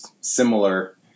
similar